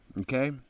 okay